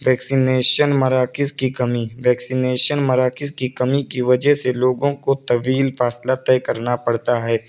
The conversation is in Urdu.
ویکسینیشن مراکز کی کمی ویکسینشن مراکز کی کمی کی وجہ سے لوگوں کو طویل فاصلہ طے کرنا پڑتا ہے